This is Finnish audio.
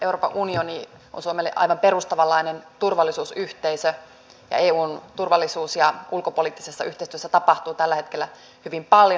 euroopan unioni on suomelle aivan perustavanlainen turvallisuusyhteisö ja eun turvallisuus ja ulkopoliittisessa yhteistyössä tapahtuu tällä hetkellä hyvin paljon